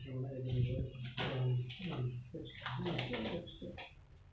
ಹತ್ತಿ ಬೆಳೆ ಮಾರುಕಟ್ಟೆಗೆ ತಲುಪಕೆ ಎಷ್ಟು ಖರ್ಚು ಬರುತ್ತೆ?